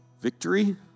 victory